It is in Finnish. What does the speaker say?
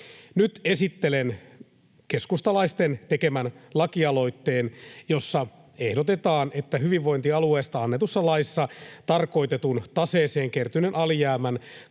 Nyt esittelen keskustalaisten tekemän lakialoitteen, jossa ehdotetaan, että hyvinvointialueesta annetussa laissa tarkoitetun, taseeseen kertyneen alijäämän